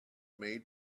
made